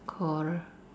quarrel